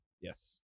yes